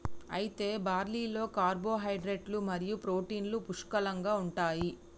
అయితే బార్లీలో కార్పోహైడ్రేట్లు మరియు ప్రోటీన్లు పుష్కలంగా ఉంటాయి